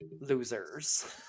losers